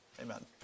Amen